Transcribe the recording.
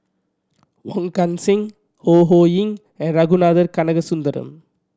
Wong Kan Seng Ho Ho Ying and Ragunathar Kanagasuntheram